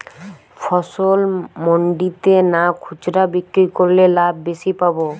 ফসল মন্ডিতে না খুচরা বিক্রি করলে লাভ বেশি পাব?